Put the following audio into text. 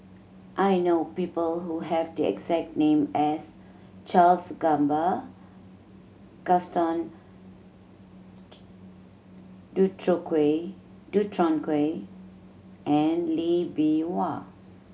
I know people who have the exact name as Charles Gamba Gaston Dutronquoy and Lee Bee Wah